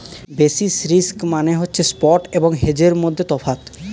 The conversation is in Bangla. বেসিস রিস্ক মানে হচ্ছে স্পট এবং হেজের মধ্যে তফাৎ